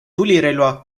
tulirelva